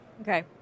Okay